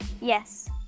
Yes